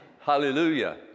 Hallelujah